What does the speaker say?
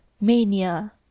mania